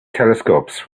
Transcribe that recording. telescopes